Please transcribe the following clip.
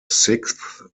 sixth